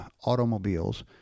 automobiles